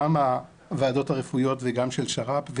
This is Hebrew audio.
גם הוועדות הרפואיות וגם של שר"פ,